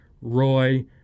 Roy